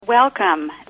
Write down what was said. Welcome